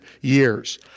years